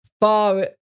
far